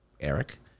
Eric